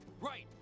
Right